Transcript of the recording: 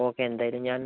okay എന്തായാലും ഞാൻ